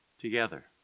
together